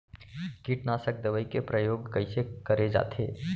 कीटनाशक दवई के प्रयोग कइसे करे जाथे?